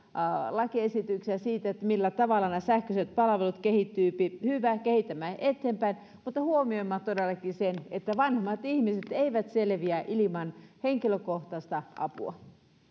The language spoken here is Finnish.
lakiesityksiä siitä millä tavalla nämä sähköiset palvelut kehittyvät hyvä kehitämme eteenpäin mutta huomioimme todellakin sen että vanhemmat ihmiset eivät selviä ilman henkilökohtaista apua